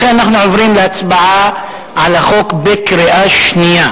לכן אנחנו עוברים להצבעה על החוק בקריאה שנייה.